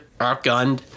outgunned